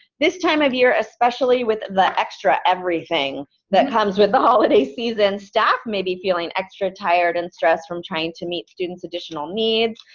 this time of year especially with the extra everything that comes with the holiday season, staff may be feeling extra tired and stressed from trying to meet students' additional needs.